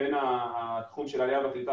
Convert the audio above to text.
לבין התחום של העלייה והקליטה,